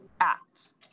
act